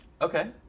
Okay